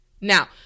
Now